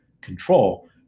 control